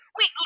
wait